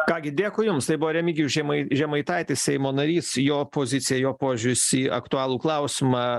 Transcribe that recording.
ką gi dėkui jums tai buvo remigijus žemai žemaitaitis seimo narys jo pozicija jo požiūris į aktualų klausimą